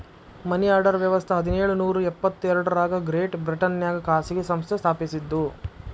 ಮನಿ order ವ್ಯವಸ್ಥ ಹದಿನೇಳು ನೂರ ಎಪ್ಪತ್ ಎರಡರಾಗ ಗ್ರೇಟ್ ಬ್ರಿಟನ್ನ್ಯಾಗ ಖಾಸಗಿ ಸಂಸ್ಥೆ ಸ್ಥಾಪಸಿದ್ದು